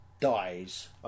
Dies